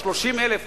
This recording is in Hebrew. ה-30,000,